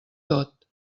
tot